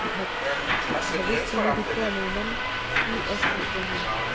भविष्य निधि को अमूमन पी.एफ कहते हैं